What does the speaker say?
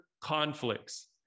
conflicts